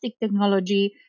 technology